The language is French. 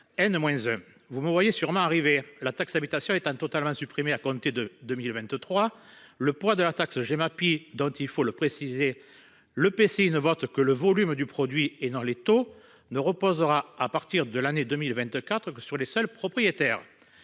de ces dernières en année . La taxe d'habitation étant totalement supprimée à compter de 2023, le poids de la taxe Gemapi, dont l'EPCI- il convient de le préciser -ne vote que le volume du produit et non les taux, ne reposera à partir de l'année 2024 que sur les seuls propriétaires.